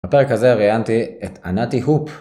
בפרק הזה ראיינתי את ענתי הופ.